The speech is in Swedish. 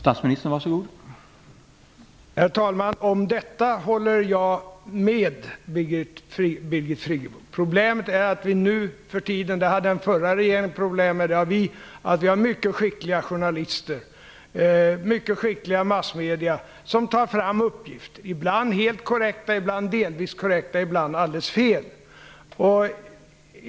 Herr talman! Om detta håller jag med Birgit Friggebo. Problemet är - och det hade även den förra regeringen problem med - att vi har mycket skickliga journalister och massmedier, som tar fram uppgifter. Ibland är dessa uppgifter helt korrekta, ibland delvis korrekta, ibland alldeles fel.